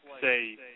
say